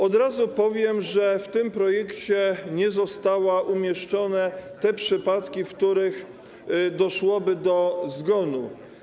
Od razu powiem, że w tym projekcie nie zostały uwzględnione te przypadki, w których doszłoby do zgonu.